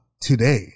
today